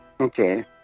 okay